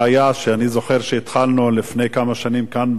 אני זוכר שהתחלנו לפני כמה שנים כאן בכנסת